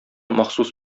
махсус